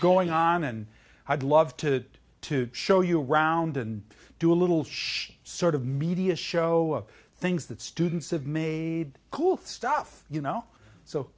going on and i'd love to to show you around and do a little show sort of media show things that students have made cool stuff you know so